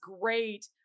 great